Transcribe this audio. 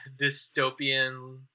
dystopian